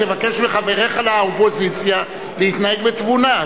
תבקש מחבריך לאופוזיציה להתנהג בתבונה,